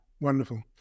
Wonderful